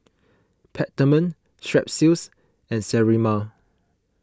Peptamen Strepsils and Sterimar